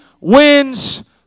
wins